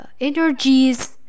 energies